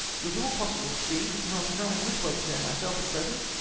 with all possible speed, not knowing which way to turn myself at present,